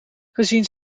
gezien